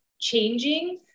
changing